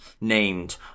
named